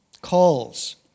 calls